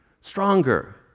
stronger